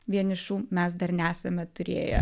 vienišų mes dar nesame turėję